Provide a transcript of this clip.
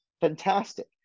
Fantastic